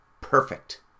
perfect